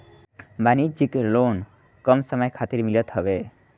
वाणिज्यिक लोन कम समय खातिर मिलत हवे